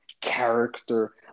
character